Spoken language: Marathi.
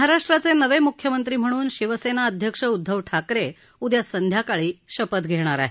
महाराष्ट्राचे नवे मुख्यमंत्री म्हणून शिवसेना अध्यक्ष उद्धव ठाकरे उद्या संध्याकाळी शपथ घेणार आहेत